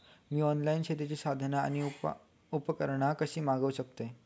मी online शेतीची साधना आणि उपकरणा कशी मागव शकतय?